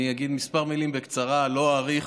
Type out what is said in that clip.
אני אגיד כמה מילים בקצרה, לא אאריך,